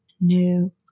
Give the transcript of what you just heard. new